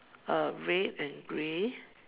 uh red and grey